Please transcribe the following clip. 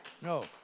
No